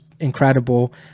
incredible